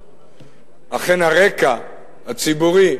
אכן, הרקע הציבורי